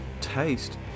taste